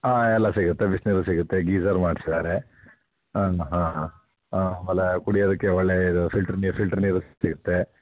ಹಾಂ ಎಲ್ಲ ಸಿಗುತ್ತೆ ಬಿಸಿನೀರು ಸಿಗುತ್ತೆ ಗೀಸರ್ ಮಾಡ್ಸಿದ್ದಾರೆ ಹಾಂ ಹಾಂ ಹಾಂ ಆಮೇಲೆ ಕುಡಿಯೋದಕ್ಕೆ ಒಳ್ಳೆ ಇದು ಫಿಲ್ಟ್ರು ನೀರು ಫಿಲ್ಟ್ರು ನೀರು ಸಿಗುತ್ತೆ